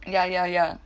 ya ya ya